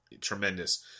Tremendous